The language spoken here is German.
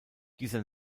dieser